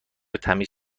تمیز